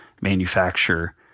manufacture